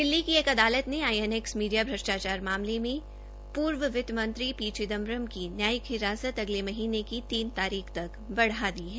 दिल्ली की एक अदालत ने आईएनएक्स मीडिया भ्रष्टाचार मामले में पूर्व मंत्री पी चिदम्बरम की न्यायिक हिरासत अगले महीने की तीन तारीख तक बढ़ा दी है